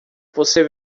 você